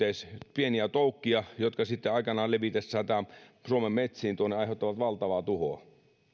pieniä toukkia jotka sitten aikanaan levitessään suomen metsiin aiheuttavat valtavaa tuhoa